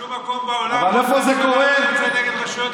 בשום מקום ראש ממשלה לא יוצא נגד רשויות המשפט,